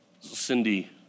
Cindy